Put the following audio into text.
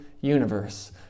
universe